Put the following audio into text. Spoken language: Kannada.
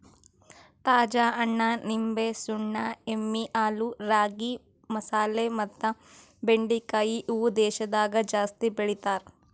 ತಾಜಾ ಹಣ್ಣ, ನಿಂಬೆ, ಸುಣ್ಣ, ಎಮ್ಮಿ ಹಾಲು, ರಾಗಿ, ಮಸಾಲೆ ಮತ್ತ ಬೆಂಡಿಕಾಯಿ ಇವು ದೇಶದಾಗ ಜಾಸ್ತಿ ಬೆಳಿತಾರ್